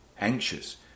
anxious